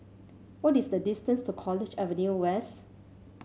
what is the distance to College Avenue West